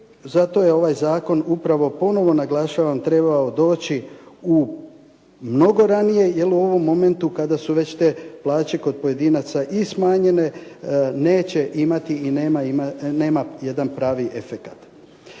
zato je ovaj zakon upravo, ponovo naglašavam, trebao doći u mnogo ranije, jer u ovom momentu kada su već te plaće kod pojedinaca i smanjene, neće imati i nema jedan pravi efekt.